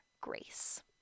grace